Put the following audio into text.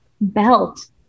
Belt